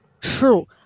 true